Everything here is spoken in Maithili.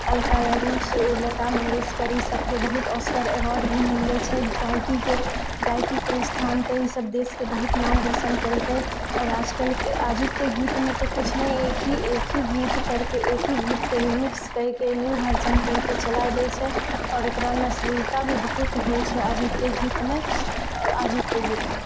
अल्का याग्निक सब लता मंगेशकर ई सबके बहुत ऑस्कर अवार्ड भी मिललो छै गायकीके गायकीके स्थान पे ई सब देशके बहुत नाम रौशन केलकै आओर आजकल आजुके गीतमे तऽ किछु नहि एक ही एक ही गीत करिके एक ही गीतके रीमिक्स करिके न्यू वर्जन करिके चलाय दए छै आओर एकरामे अश्लीलता भी बहुत होइत छै आजुके गीतमे आओर आजुके गीतमे